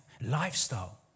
lifestyle